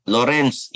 Lawrence